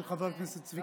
של חברת הכנסת לימור